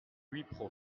wipro